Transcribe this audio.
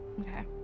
Okay